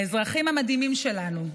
האזרחים המדהימים שלנו,